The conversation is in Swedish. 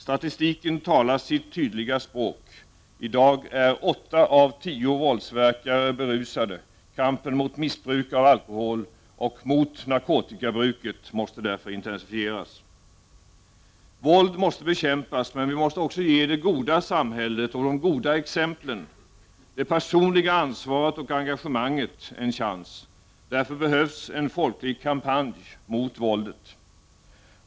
Statistiken talar sitt tydliga språk: I dag är åtta av tio våldsverkare berusade. Kampen mot missbruk av alkohol — och mot narkotikabruket — måste därför intensifieras. Våld måste bekämpas, men vi måste också ge det goda samhället och de goda exemplen, det personliga ansvaret och engagemanget en chans. Därför behövs en folklig kampanj mot våldet.